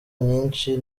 nyinshi